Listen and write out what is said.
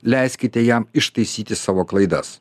leiskite jam ištaisyti savo klaidas